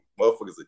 motherfuckers